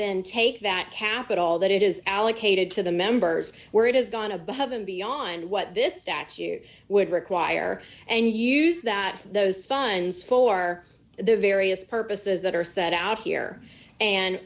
then take that capital that it is allocated to the members where it is gone above and beyond what this statute would require and use that those funds for the various purposes that are set out here and